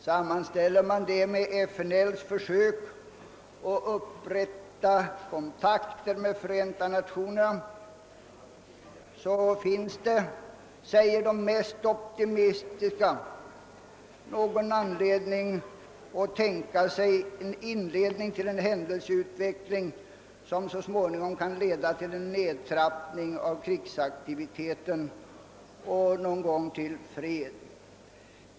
Sammanställer man dessa uttalanden med FNL:s försök att upprätta kontakter med Förenta Nationerna finns det, säger de mest optimistiska, anledning att tänka sig inledningen till en händelseutveckling som så småningom kan leda till en nedtrappning av krigsaktiviteten och någon gång till fred.